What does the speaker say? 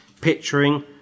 picturing